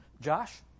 Josh